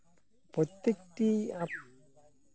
ᱯᱨᱚᱛᱮᱠᱴᱤ ᱟᱹᱛᱩ